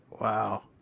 Wow